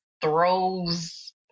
throws